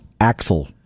Axel